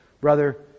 Brother